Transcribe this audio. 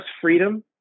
freedom